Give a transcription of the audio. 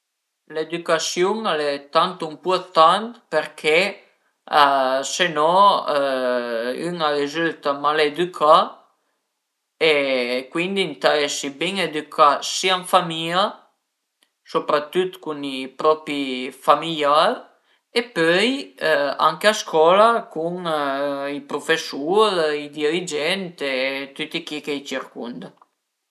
L'edücasiun al e tantu ëmpurtant perché se no ün a rizülta maledücà e cuindi ëntà esi bin edücà sia ën famìa, sopratüt cun i propi fami-iar e pöi anche a scola cun i prufesur, i dirigent e tüti chi ch'a i circunda